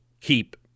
keep